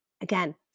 Again